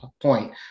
point